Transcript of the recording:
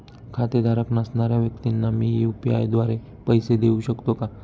खातेधारक नसणाऱ्या व्यक्तींना मी यू.पी.आय द्वारे पैसे देऊ शकतो का?